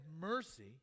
mercy